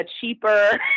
cheaper